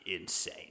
insane